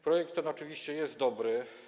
Projekt ten oczywiście jest dobry.